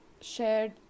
shared